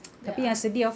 ah ah